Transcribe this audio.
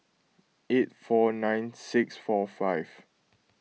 eight four nine six four five